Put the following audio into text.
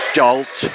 Adult